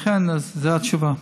לכן, זו התשובה.